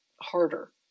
harder